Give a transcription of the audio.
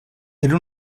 era